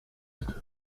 ist